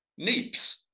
neeps